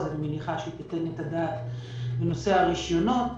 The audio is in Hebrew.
ואני מניחה שהיא תיתן את הדעת לנושא הרישיונות.